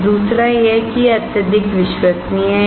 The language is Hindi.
दूसरा यह है कि यह अत्यधिक विश्वसनीय है